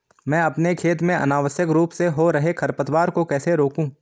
मैं अपने खेत में अनावश्यक रूप से हो रहे खरपतवार को कैसे रोकूं?